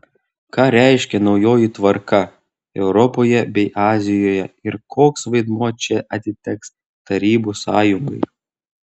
ką reiškia naujoji tvarka europoje bei azijoje ir koks vaidmuo čia atiteks tarybų sąjungai